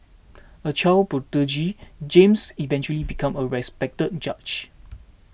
a child prodigy James eventually became a respected judge